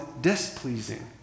displeasing